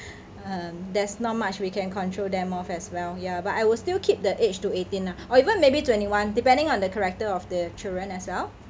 um there's not much we can control them of as well ya but I will still keep the age to eighteen lah or even maybe twenty one depending on the character of the children as well